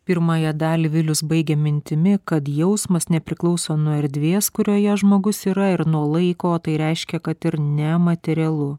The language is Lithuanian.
pirmąją dalį vilius baigė mintimi kad jausmas nepriklauso nuo erdvės kurioje žmogus yra ir nuo laiko tai reiškia kad ir nematerialu